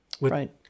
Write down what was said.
Right